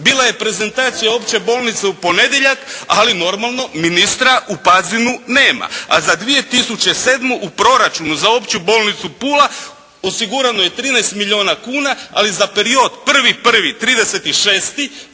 Bila je prezentacija opće bolnice u ponedjeljak, ali normalno ministra u Pazinu nema. A za 2007. u proračunu za Opću bolnicu Pula, osigurano je 13 milijuna kuna, ali za period 1.1.–30.6.